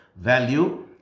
value